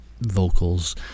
vocals